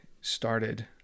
started